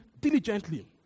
diligently